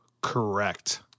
Correct